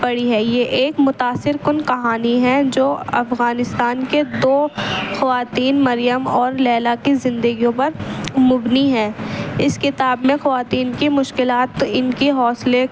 پڑھی ہے یہ ایک متاثر کن کہانی ہیں جو افغانستان کے دو خواتین مریم اور لیلیٰ کی زندگیوں پر مبنی ہے اس کتاب میں خواتین کی مشکلات ان کی حوصلے